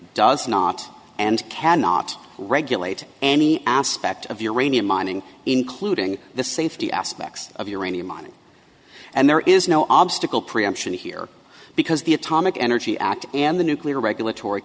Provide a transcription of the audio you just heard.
does not and cannot regulate any aspect of uranium mining including the safety aspects of uranium mining and there is no obstacle preemption here because the atomic energy act and the nuclear regulatory